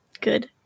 Good